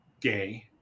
gay